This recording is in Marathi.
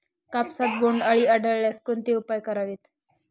कापसात बोंडअळी आढळल्यास कोणते उपाय करावेत?